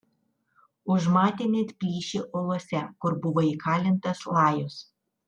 užmatė net plyšį uolose kur buvo įkalintas lajus